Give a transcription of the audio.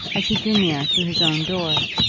as he drew near to his own door,